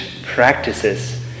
practices